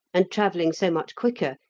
and travelling so much quicker,